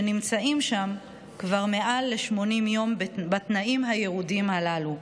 שנמצאים שם כבר מעל ל-80 יום בתנאים הירודים הללו,